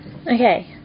okay